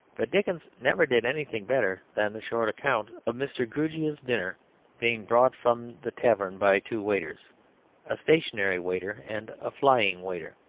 but dickens never did anything better than the short account of mr. grewgious's dinner being brought from the tavern by two waiters a stationary waiter, and a flying waiter.